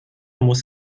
muss